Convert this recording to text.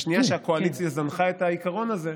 בשנייה שהקואליציה זנחה את העיקרון הזה,